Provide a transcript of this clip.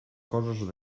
coses